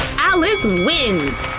alice wins!